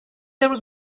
امروز